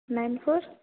nine four